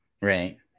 Right